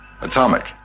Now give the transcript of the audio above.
atomic